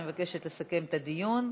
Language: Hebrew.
אני מבקשת לסכם את הדיון,